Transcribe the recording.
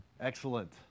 Excellent